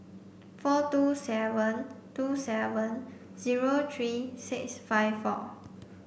four two seven two seven zero three six five four